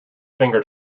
finger